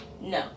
No